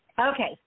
Okay